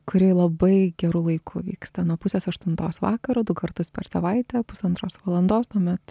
kuri labai geru laiku vyksta nuo pusės aštuntos vakaro du kartus per savaitę pusantros valandos tuomet